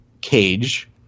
cage